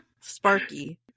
sparky